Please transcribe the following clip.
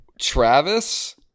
Travis